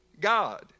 God